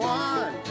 one